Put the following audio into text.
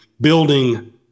building